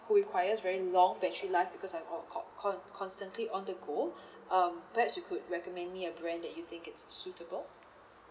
who requires very long battery life because I'm on con~ con~ constantly on the go um perhaps you could recommend me a brand that you think it's suitable